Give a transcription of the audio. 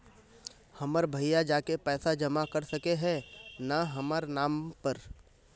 हमर भैया जाके पैसा जमा कर सके है न हमर नाम पर?